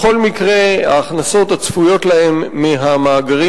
בכל מקרה ההכנסות הצפויות להם מהמאגרים